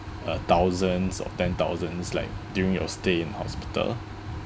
uh thousands of ten thousands like during your stay in hospital